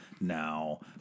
now